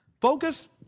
Focus